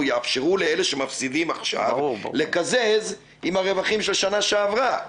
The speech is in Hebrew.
יאפשרו לאלה שמפסידים עכשיו לקזז עם הרווחים של שנה שעברה.